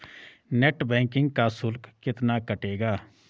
Net banking का शुल्क कितना कटेगा?